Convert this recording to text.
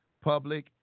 public